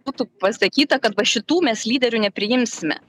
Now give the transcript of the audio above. būtų pasakyta kad va šitų mes lyderių nepriimsime